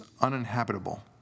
uninhabitable